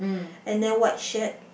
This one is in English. and then white shirt